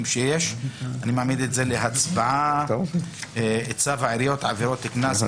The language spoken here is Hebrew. אני מעמיד להצבעה את צו העיריות (עבירות קנס),